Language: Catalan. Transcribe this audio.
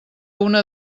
una